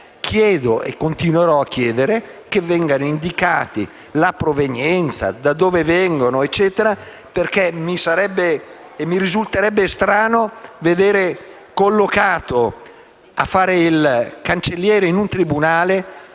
Chiedo e continuerò a chiedere che venga indicata la provenienza perché mi risulterebbe strano vedere collocato a fare il cancelliere in un tribunale